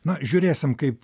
na žiūrėsim kaip